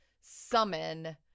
summon